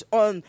on